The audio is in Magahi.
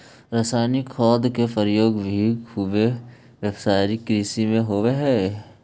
रसायनिक खाद के प्रयोग भी खुबे व्यावसायिक कृषि में होवऽ हई